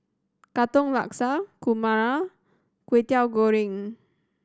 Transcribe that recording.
Katong Laksa kurma Kway Teow Goreng